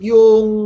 Yung